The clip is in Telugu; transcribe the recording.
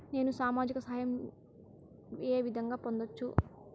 నేను సామాజిక సహాయం వే విధంగా పొందొచ్చు?